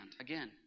again